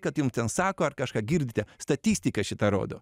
kad jum ten sako ar kažką girdite statistika šitą rodo